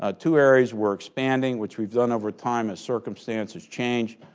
ah two areas we're expanding, which we've done over time as circumstances change,